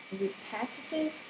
repetitive